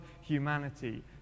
humanity